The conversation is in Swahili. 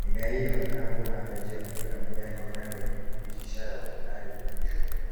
mimea hii inaonekana kuwa na afya njema ikiwa na majani yenye rangi ya kijani kibichi ishara ya upatikanaji wa virutubisho muhimu.